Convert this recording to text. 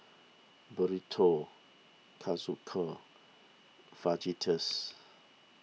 Burrito Kalguksu Fajitas